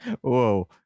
Whoa